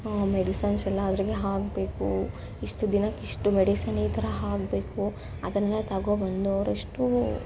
ಮೆಡಿಸನ್ಸೆಲ್ಲ ಅದ್ರಾಗೆ ಹಾಕಬೇಕು ಇಷ್ಟು ದಿನಕ್ಕೆ ಇಷ್ಟು ಮೆಡಿಸನ್ ಈ ಥರ ಹಾಕಬೇಕು ಅದನ್ನೇ ತಗೊಂಡ್ಬಂದು ಅವರೆಷ್ಟು